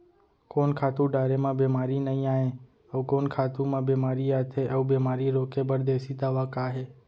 कोन खातू डारे म बेमारी नई आये, अऊ कोन खातू म बेमारी आथे अऊ बेमारी रोके बर देसी दवा का हे?